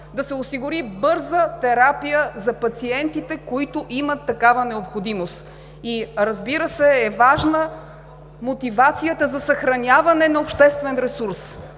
да се осигури бърза терапия за пациентите, които имат такава необходимост. Разбира се, важна е мотивацията за съхраняване на обществен ресурс.